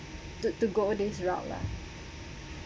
to to go this route lah